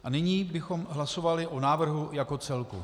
A nyní bychom hlasovali o návrhu jako celku.